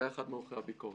שהיה אחד מעורכי הביקורת.